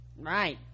Right